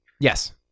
Yes